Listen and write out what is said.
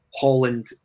Holland